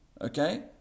okay